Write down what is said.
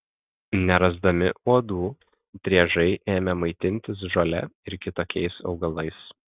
nerasdami uodų driežai ėmė maitintis žole ir kitokiais augalais